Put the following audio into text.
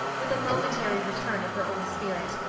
with a momentary return of her old spirit.